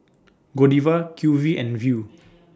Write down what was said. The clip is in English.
Godiva Q V and Viu